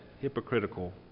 hypocritical